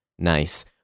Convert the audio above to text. Nice